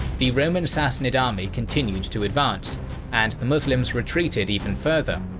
the roman-sassanid army continued to advance and the muslims retreated even further.